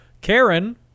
Karen